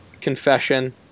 confession